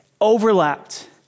overlapped